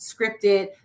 scripted